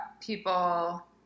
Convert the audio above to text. people –